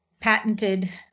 patented